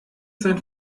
sein